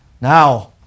Now